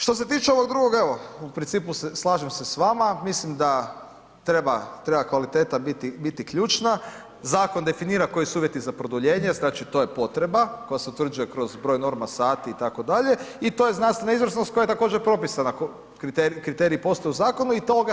Što se tiče ovog drugog, evo, u principu slažem se s vama, mislim da treba kvaliteta biti ključna, zakon definira koji su uvjeti za produljenje, znači to je potreba koja se utvrđuje kroz broj norma, sati itd. i to je znanstvena izvrsnost koja je također propisana, kriteriji postoje u zakonu i toga se treba držati.